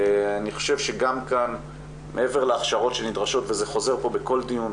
אני חושב שגם כאן מעבר להכשרות שנדרשות וזה חוזר פה בכל דיון,